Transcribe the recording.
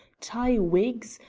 tie wigs,